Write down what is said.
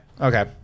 Okay